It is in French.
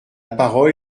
parole